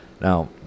Now